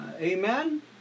amen